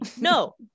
no